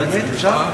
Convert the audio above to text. באמת אפשר?